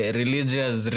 religious